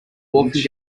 walking